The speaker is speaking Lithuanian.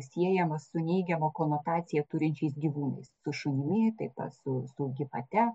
siejamas su neigiamą konotaciją turinčiais gyvūnais su šunimi taipat su su gyvate